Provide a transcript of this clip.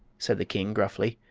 said the king, gruffly.